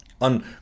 on